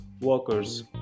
workers